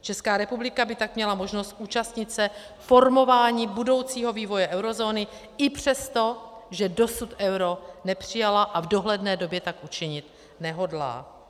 Česká republika by tak měla možnost účastnit se formování budoucího vývoje eurozóny i přesto, že dosud euro nepřijala a v dohledné době tak učinit nehodlá.